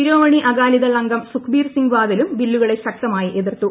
ശിരോമണി അഗാലിദൾ അംഗം സുഖ്ബീർ സിംഗ് ബാദലും ബില്ലുകളെ ശക്തമായി എതിർത്തു